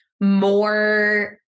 more